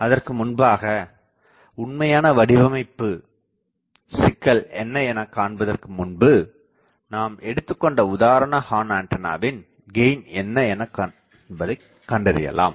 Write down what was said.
அதற்கு முன்பாக உண்மையான வடிவமைப்பு சிக்கல் என்ன எனகாண்பதற்கு முன்பு நாம் எடுத்துக்கொண்ட உதாரண ஹார்ன்ஆண்டனாவின் கெயின் என்ன என்பதைக் கண்டறியலாம்